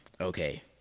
okay